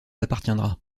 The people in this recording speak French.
appartiendra